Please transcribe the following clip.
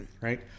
Right